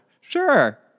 Sure